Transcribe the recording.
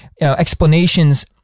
explanations